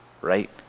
right